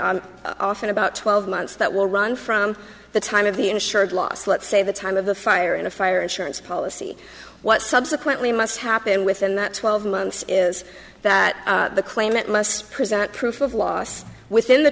often about twelve months that will run from the time of the insured last let's say the time of the fire in a fire insurance policy what subsequently must happen within that twelve months is that the claimant must present proof of loss within the